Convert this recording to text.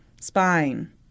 spine